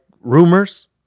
rumors